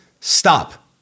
stop